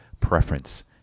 preference